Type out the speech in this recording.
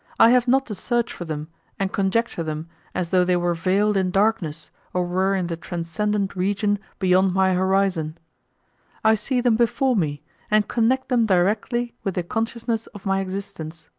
i have not to search for them and conjecture them as though they were veiled in darkness or were in the transcendent region beyond my horizon i see them before me and connect them directly with the consciousness of my existence.